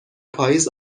پاییز